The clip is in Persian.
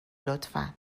لطفا